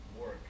work